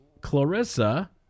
Clarissa